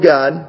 God